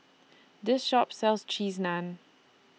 This Shop sells Cheese Naan